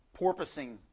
porpoising